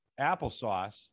applesauce